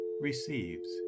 receives